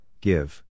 give